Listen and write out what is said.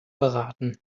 beraten